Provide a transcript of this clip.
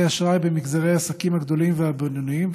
אשראי במגזרי העסקים הגדולים והבינוניים,